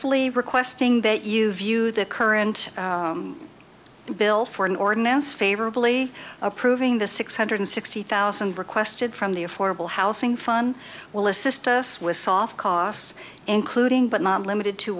fully requesting that you view the current bill for an ordinance favorably approving the six hundred sixty thousand requested from the affordable housing fund will assist us with soft costs including but not limited to